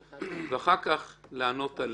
ואחר כך לענות עליהן.